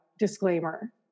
disclaimer